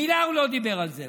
מילה הוא לא דיבר על זה.